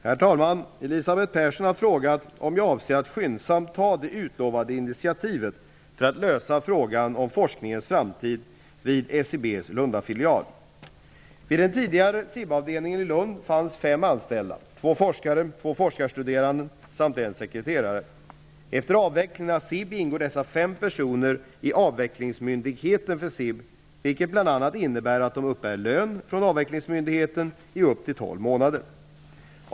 Herr talman! Elisabeth Persson har frågat om jag avser att skyndsamt ta det utlovade initiativet för att lösa frågan om forskningens framtid vid SIB:s Vid den tidigare SIB-avdelningen i Lund fanns fem anställda: två forskare, två forskarstuderande samt en sekreterare. Efter avvecklingen av SIB ingår dessa fem personer i avvecklingsmyndigheten för SIB, vilket bl.a. innebär att de uppbär lön från avvecklingsmyndigheten i upp till tolv månader.